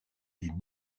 des